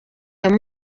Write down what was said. ariko